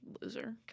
Loser